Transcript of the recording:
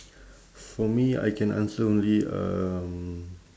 for me I can answer only um